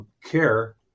care